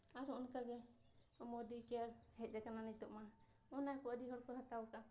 ᱟᱨᱦᱚᱸ ᱚᱱᱠᱟᱜᱮ ᱢᱳᱫᱤ ᱠᱮᱭᱟᱨ ᱦᱮᱡ ᱟᱠᱟᱱᱟ ᱱᱤᱛᱳᱜ ᱢᱟ ᱚᱱᱟ ᱠᱚ ᱟᱹᱰᱤ ᱦᱚᱲ ᱠᱚ ᱦᱟᱛᱟᱣ ᱠᱟᱜᱼᱟ